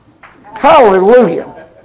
Hallelujah